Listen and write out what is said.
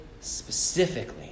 specifically